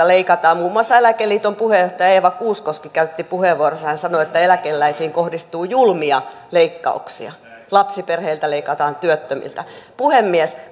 leikataan muun muassa kun eläkeliiton puheenjohtaja eeva kuuskoski käytti puheenvuoronsa hän sanoi että eläkeläisiin kohdistuu julmia leikkauksia lapsiperheiltä leikataan työttömiltä puhemies